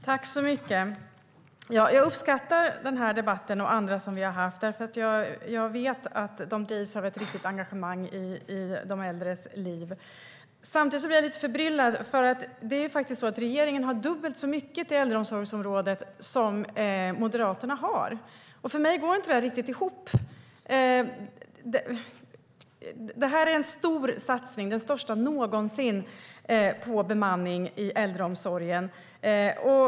Fru talman! Jag uppskattar den här debatten och andra som vi har haft, för jag vet att de drivs av ett äkta engagemang i de äldres liv. Samtidigt blir jag lite förbryllad. Regeringen anslår nämligen dubbelt så mycket till äldreomsorgsområdet som Moderaterna, och för mig går det inte riktigt ihop. Det här är en stor satsning på bemanning i äldreomsorgen, den största någonsin.